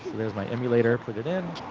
there's my emulator, put it in.